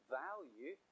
value